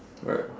right